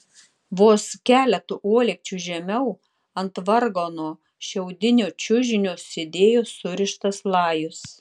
vos keletu uolekčių žemiau ant vargano šiaudinio čiužinio sėdėjo surištas lajus